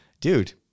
dude